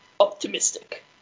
optimistic